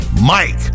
Mike